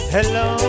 Hello